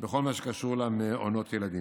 בכל מה שקשור למעונות ילדים.